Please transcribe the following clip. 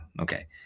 Okay